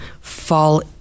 fall